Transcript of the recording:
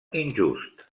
injust